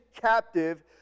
captive